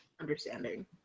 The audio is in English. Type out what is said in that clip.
Understanding